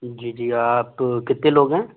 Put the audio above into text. जी जी आप कितने लोग हैं